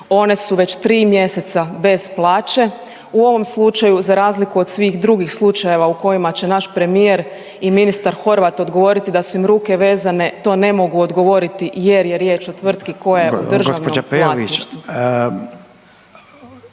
One su već 3 mjeseca bez plaće. U ovom slučaju za razliku od svih drugih slučajeve u kojima će naš premijer i ministar odgovoriti da su im ruke vezane to ne mogu odgovoriti jer je riječ o tvrtki koja je u državnom vlasništvu.